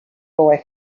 boy